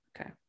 Okay